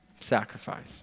Sacrifice